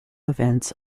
events